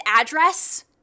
address